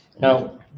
Now